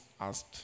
asked